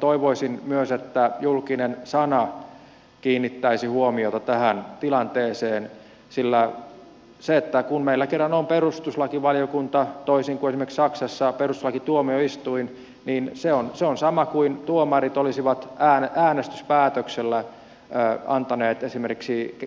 toivoisin myös että julkinen sana kiinnittäisi huomiota tähän tilanteeseen sillä kun meillä kerran on perustuslakivaliokunta toisin kuin esimerkiksi saksassa perustuslakituomioistuin niin se on sama kuin tuomarit olisivat äänestyspäätöksellä antaneet luvan esimerkiksi